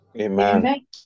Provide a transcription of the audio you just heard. Amen